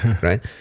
right